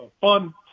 fun